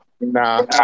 Nah